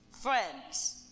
friends